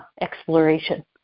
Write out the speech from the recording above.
exploration